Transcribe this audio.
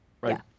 Right